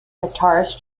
guitarist